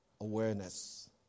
awareness